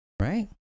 right